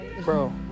Bro